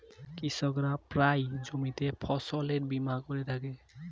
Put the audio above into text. কৃষকরা প্রায়ই জমিতে ফসলের বীমা করে থাকে